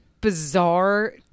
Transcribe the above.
bizarre